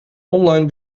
online